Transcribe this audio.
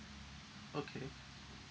okay